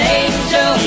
angel